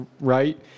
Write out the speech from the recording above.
right